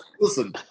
listen